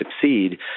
succeed